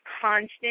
constant